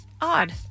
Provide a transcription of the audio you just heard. Odd